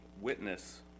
witness